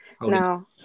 No